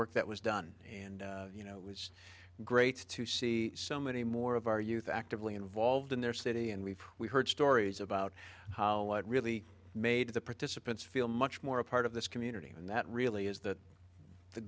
work that was done and you know it was great to see so many more of our youth actively involved in their city and we've we heard stories about how really made the participants feel much more a part of this community and that really is that the